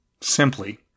Simply